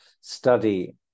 study